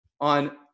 on